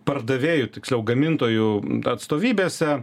pardavėju tiksliau gamintojų atstovybėse